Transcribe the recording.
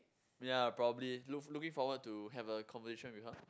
ya probably look looking forward to have a conversation with her